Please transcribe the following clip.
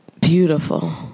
beautiful